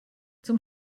zum